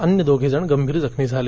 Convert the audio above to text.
अन्य दोघे गंभीर जखमी झाले